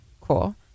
cool